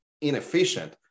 inefficient